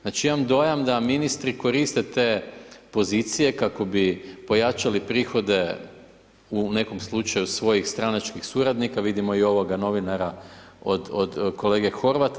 Znači imam dojam da ministri koriste te pozicije kako bi pojačali prihode u nekom slučaju svojih stranačkih suradnika, vidio i ovog novinara od kolega Horvata.